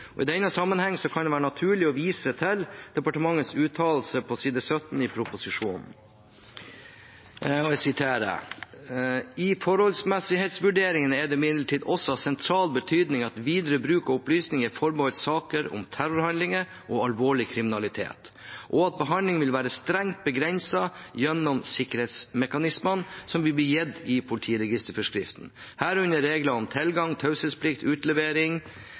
I denne sammenheng kan det være naturlig å vise til departementets uttalelse på side 17 i proposisjonen: «I forholdsmessighetsvurderingen er det imidlertid også av sentral betydning at videre bruk av opplysningene er forbeholdt saker om terrorhandlinger og alvorlig kriminalitet, og at behandlingen vil være strengt begrenset gjennom sikkerhetsmekanismene som vil bli gitt i politiregisterforskriften, herunder regler om tilgang, taushetsplikt, utlevering,